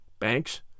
banks